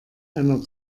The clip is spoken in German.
einer